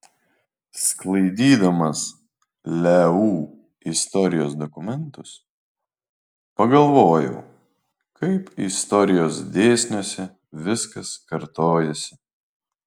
sklaidydamas leu istorijos dokumentus pagalvojau kaip istorijos dėsniuose viskas kartojasi